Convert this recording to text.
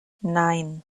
nein